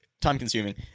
time-consuming